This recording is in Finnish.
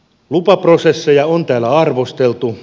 lupaprosesseja on täällä arvosteltu